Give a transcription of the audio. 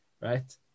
right